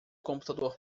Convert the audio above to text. computador